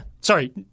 Sorry